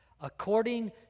According